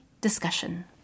discussion